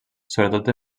sobretot